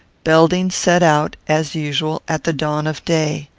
belding set out, as usual, at the dawn of day.